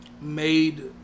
made